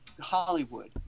Hollywood